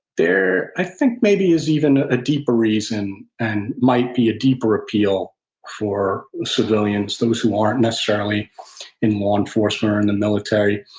i think, maybe is even a deeper reason, and might be a deeper appeal for civilians, those who aren't necessarily in law enforcement or in the military.